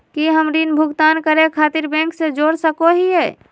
की हम ऋण भुगतान करे खातिर बैंक से जोड़ सको हियै?